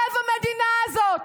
לב המדינה הזאת,